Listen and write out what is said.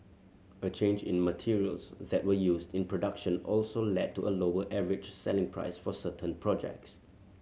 a change in materials that were used in production also led to a lower average selling price for certain projects